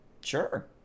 Sure